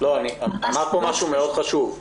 אמרת פה משהו מאוד חשוב.